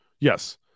Yes